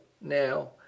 now